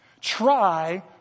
try